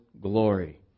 glory